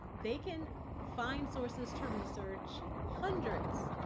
they can find sources to research. hundreds,